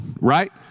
right